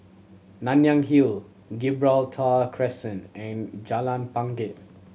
Nanyang Hill Gibraltar Crescent and Jalan Bangket